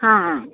ହଁ ହଁ